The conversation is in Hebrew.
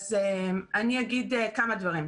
אז אני אגיד כמה דברים.